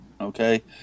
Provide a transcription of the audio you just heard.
okay